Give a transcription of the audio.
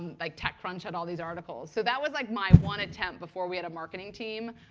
like techcrunch had all these articles. so that was like my one attempt before we had a marketing team.